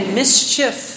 mischief